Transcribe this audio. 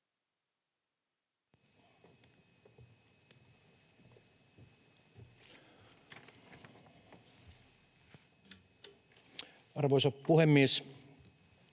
Arvoisa puhemies!